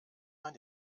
man